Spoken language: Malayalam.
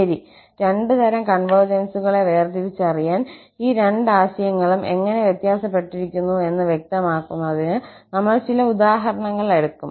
ശരി രണ്ട് തരം കോൺവെർജൻസുകളെ വേർതിരിച്ചറിയാൻ ഈ രണ്ട് ആശയങ്ങളും എങ്ങനെ വ്യത്യാസപ്പെട്ടിരിക്കുന്നു എന്ന് വ്യക്തമാക്കുന്നതിന് നമ്മൾ ചില ഉദാഹരണങ്ങൾ എടുക്കും